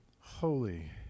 holy